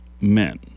men